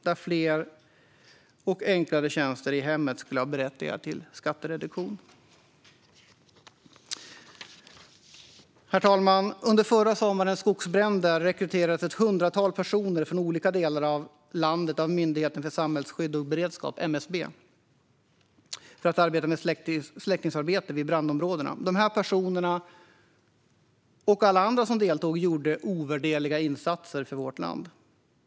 Där skulle fler och enklare tjänster i hemmet berättiga till skattereduktion. Herr talman! Under förra sommarens skogsbränder rekryterades ett hundratal personer från olika delar av landet av Myndigheten för samhällsskydd och beredskap, MSB, för att arbeta med släckningsarbete i brandområdena. Dessa personer och alla andra som deltog gjorde ovärderliga insatser för vårt land.